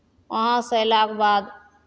वहाँसँ अयलाके बाद